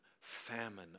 famine